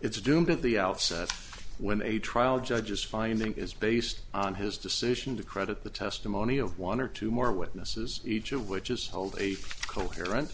it's doomed at the outset when a trial judge is finding is based on his decision to credit the testimony of one or two more witnesses each of which is called a coherent